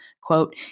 quote